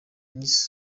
miss